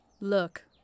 Look